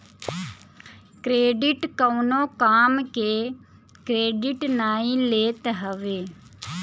credit कवनो काम के क्रेडिट नाइ लेत हवे